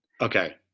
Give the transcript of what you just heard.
Okay